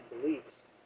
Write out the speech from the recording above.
beliefs